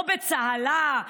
או בצהלה,